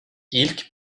i̇lk